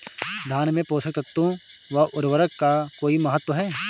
धान में पोषक तत्वों व उर्वरक का कोई महत्व है?